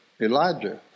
Elijah